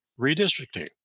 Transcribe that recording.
redistricting